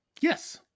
Yes